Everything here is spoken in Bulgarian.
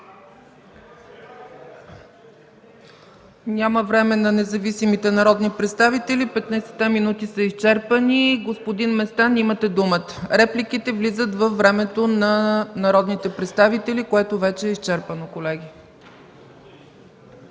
Няма време на независимите народни представители – 15-те минути са изчерпани. (Реплики.) Репликите влизат във времето на народните представители, което вече е изчерпано, колеги.